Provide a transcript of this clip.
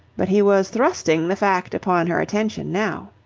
but he was thrusting the fact upon her attention now.